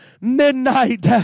midnight